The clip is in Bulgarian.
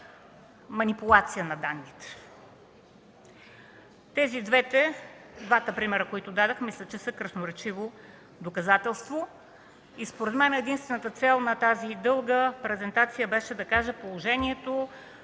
манипулация на данните. Тези два примера, които дадох, мисля, че са красноречиво доказателство. Според мен единствената цел на тази дълга презентация беше да се каже: „Положението,